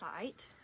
site